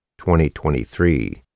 2023